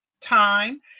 time